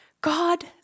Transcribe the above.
God